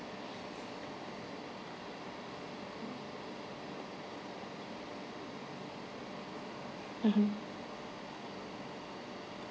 mmhmm